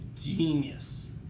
genius